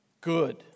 good